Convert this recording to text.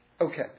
Okay